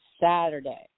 Saturday